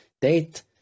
date